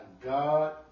God